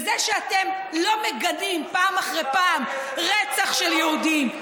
זה שאתם לא מגנים פעם אחר פעם רצח של יהודים,